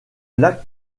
lac